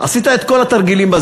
עשית את כל התרגילים,